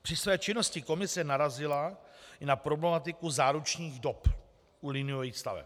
Při své činnosti komise narazila i na problematiku záručních dob u liniových staveb.